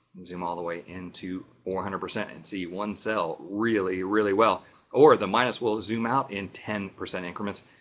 zoom all the way into four hundred percent and see one cell really, really well or the minus will zoom out in ten percent increments.